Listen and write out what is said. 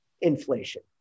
inflation